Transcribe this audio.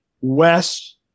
Wes